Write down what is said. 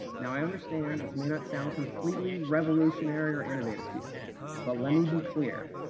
now i understand this may not sound completely revolutionary or innovative to you but let me be clear,